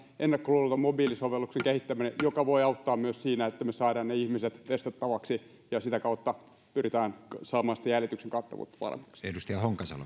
tämä ennakkoluuloton mobiilisovelluksen kehittäminen joka voi auttaa myös siinä että me saamme ihmiset testattavaksi ja sitä kautta pyritään saamaan jäljityksen kattavuutta paremmaksi